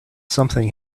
something